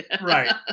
Right